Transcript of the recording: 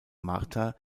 marta